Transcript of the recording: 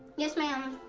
yes, ma'am.